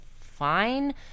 fine